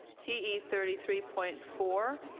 te thirty three point four.